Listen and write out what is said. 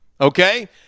okay